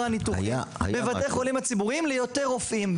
הניתוחים בבית החולים הציבוריים ליותר רופאים.